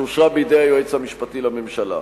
שאושרה בידי היועץ המשפטי לממשלה.